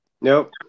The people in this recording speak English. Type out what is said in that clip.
Nope